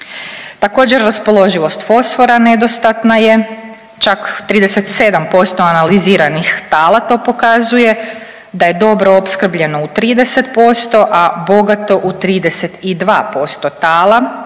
Također raspoloživost fosfora nedostatna je. Čak 37% analiziranih tala to pokazuje da je dobro opskrbljeno u 30%, a bogato u 32% tala,